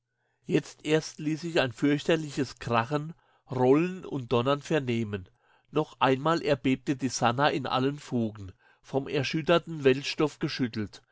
jetzt erst ließ sich ein fürchterliches krachen rollen und donnern vernehmen noch einmal erbebte die sannah in allen fugen vom erschütterten weltstoff geschüttelt